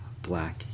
black